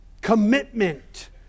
commitment